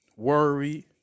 worry